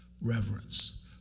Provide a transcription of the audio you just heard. reverence